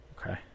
Okay